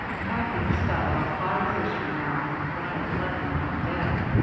and i'd get the stuff about five years from now, when i was likely enough dead.